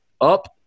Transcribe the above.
Up